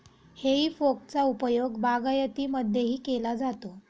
हेई फोकचा उपयोग बागायतीमध्येही केला जातो